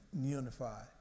unified